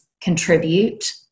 contribute